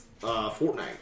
Fortnite